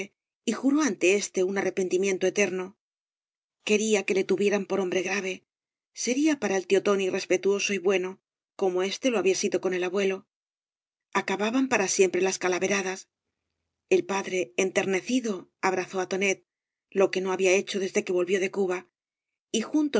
juró ante éste un arrepentimiento eterno quería que le tuvieran por hombre grave sería para el tío tóaí respetuoso y bueno como éste lo había gido con el abuelo acababan para siempre las calaveradas el padre enternecido abrazó á tonet io que no había hecho desde que volvió de cuba